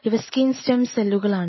ഇവ skin stem സെല്ലുകളാണ്